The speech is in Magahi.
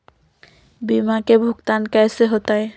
बीमा के भुगतान कैसे होतइ?